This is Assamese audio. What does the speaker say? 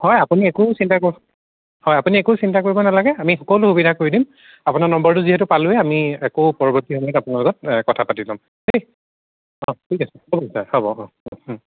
হয় আপুনি একো চিন্তা কৰিব হয় আপুনি একো চিন্তা কৰিব নালাগে আমি সকলো সুবিধা কৰি দিম আপোনাৰ নম্বাৰটো যিহেতু পালোঁৱেই আমি আকৌ পৰৱৰ্তী সময়ত আপোনাৰ লগত কথা পাতি লম' দেই অঁ ঠিক আছে হ'ব হ'ব অঁ